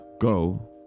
go